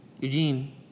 Eugene